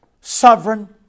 sovereign